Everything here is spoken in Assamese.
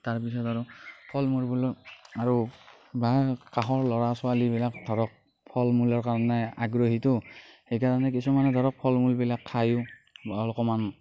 তাৰ পিছত আৰু ফল মূলবোৰো আৰু বা কাষৰ লৰা ছোৱালীবিলাক ধৰক ফল মূলৰ কাৰণে আগ্ৰহীতো সেইকাৰণে কিছুমানে ধৰক ফল মূলবিলাক খায়ো অকমান